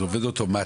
זה עובד אוטומטי.